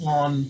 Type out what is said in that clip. on